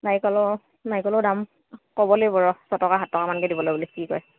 নাৰিকল অঁ নাৰিকলৰ দাম ক'ব লাগিব ৰহ ছটকা সাত টকামানকৈ দিবলৈ বুলি কি কয়